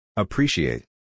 Appreciate